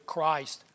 Christ